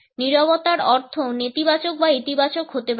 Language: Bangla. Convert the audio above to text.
নীরবতার অর্থ নেতিবাচক বা ইতিবাচক হতে পারে